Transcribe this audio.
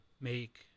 make